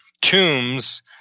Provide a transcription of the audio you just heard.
Tombs